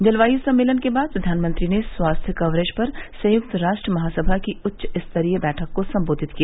जलवायु सम्मेलन के बाद प्रधानमंत्री ने स्वास्थ्य कवरेज पर संयुक्त राष्ट्र महासभा की उच्च स्तरीय बैठक को सम्बोधित किया